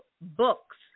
books